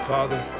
Father